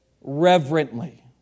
reverently